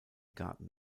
garten